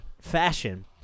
fashion